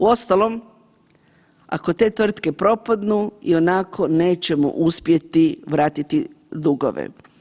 Uostalom ako te tvrtke propadnu i onako nećemo uspjeti vratiti dugove.